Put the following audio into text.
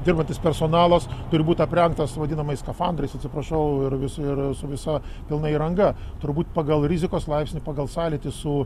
dirbantis personalas turi būti aprengtas vadinamais skafandrais atsiprašau ir ir su visa pilna įranga turbūt pagal rizikos laipsnį pagal sąlytį su